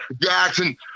Jackson